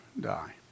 die